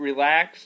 Relax